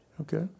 Okay